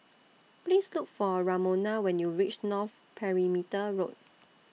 Please Look For Ramona when YOU REACH North Perimeter Road